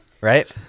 right